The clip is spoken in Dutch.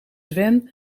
sven